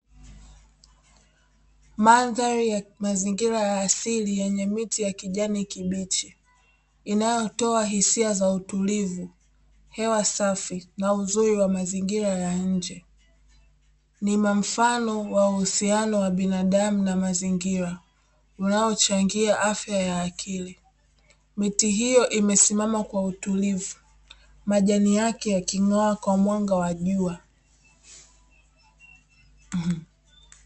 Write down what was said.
Mandhari ya mazingira ya asili yenye miti ya kijani kibichi, inayotoa hisia za utulivu, hewa safi na uzuri wa mazingira ya nje, ni mfano wa uhusiano wa binadamu na mazingira unaochangia afya ya akili, miti hiyo imesimama kwa utulivu majani yake ya king'oa kwa mwanga wa jua.